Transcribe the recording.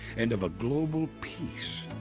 and of a global peace.